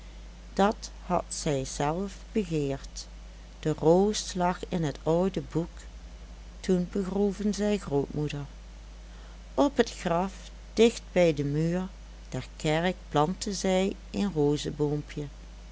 dat had zij zelf begeerd de roos lag in het oude boek toen begroeven zij grootmoeder op het graf dicht bij den muur der kerk plantten zij een